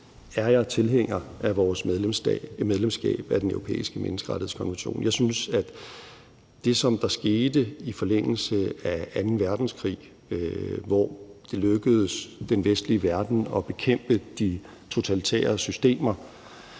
er jeg tilhænger af vores medlemskab af Den Europæiske Menneskerettighedskonvention. Jeg synes, at det, som der skete i forlængelse af anden verdenskrig, hvor det lykkedes den vestlige verden at bekæmpe de totalitære systemer,